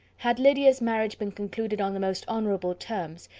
had lydia's marriage been concluded on the most honourable terms,